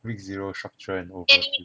zero structure and all